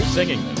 singing